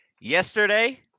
yesterday